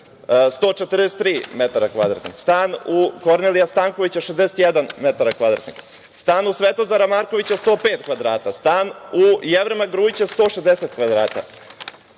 od ovih nekretnina. Stan u Kornelija Stankovića, 61 metar kvadratnih. Stan u Svetozara Markovića, 105 kvadrata. Stan u Jevrema Grujića, 160 kvadrata.